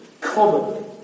common